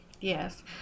Yes